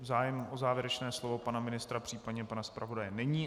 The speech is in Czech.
Zájem o závěrečné slovo pana ministra, případně pana zpravodaje není.